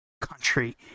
country